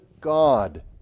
God